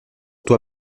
toi